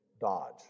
dodge